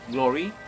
Glory